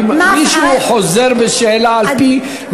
אם מישהו חוזר בשאלה על-פי,